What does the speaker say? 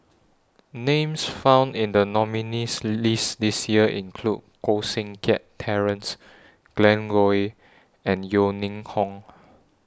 Names found in The nominees' list This Year include Koh Seng Kiat Terence Glen Goei and Yeo Ning Hong